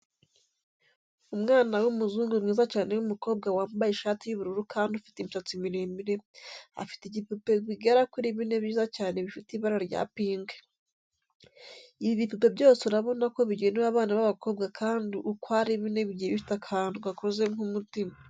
Umwana w'umuzungu mwiza cyane w'umukobwa wambaye ishati y'ubururu kandi ufite imisatsi miremire, afite ibipupe bigera kuri bine byiza cyane bifite ibara rya pinki. Ibi bipupe byose urabona ko bigenewe abana b'abakobwa kandi uko ari bine bigiye bifite akantu gakoze nk'umutima.